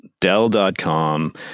Dell.com